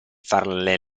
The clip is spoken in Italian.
farle